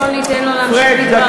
בוא ניתן לו להמשיך בדבריו,